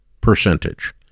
percentage